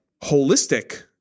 holistic